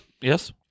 Yes